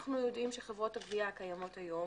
אנחנו יודעים שחברות הגבייה הקיימות היום